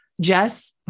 Jess